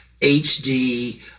HD